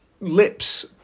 lips